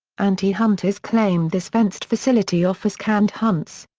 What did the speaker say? anti-hunters claim this fenced facility offers canned hunts.